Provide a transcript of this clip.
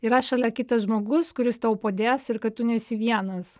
yra šalia kitas žmogus kuris tau padės ir kad tu nesi vienas